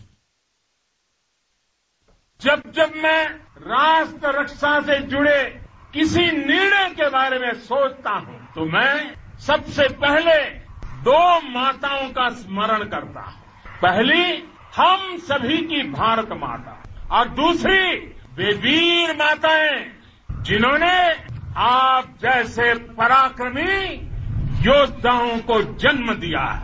bite जब जब मैं राष्ट्र रक्षा से जुड़े किसी निर्णय के बारे में सोचता हूं तो मैं सबसे पहले दो माताओं का स्मरण करता हूं पहली हम सभी की भारत माता और दूसरी वे वीर माताएं जिन्होंने आप जैसे पराक्रमी योद्धाओं को जन्म दिया है